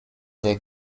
der